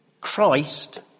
Christ